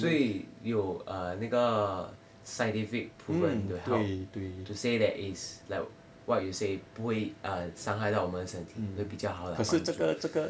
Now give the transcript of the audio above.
所以有 err 那个 scientific proven to help to say that it's like what you say 不会 err 伤害到我们身体会比较好 lah 帮助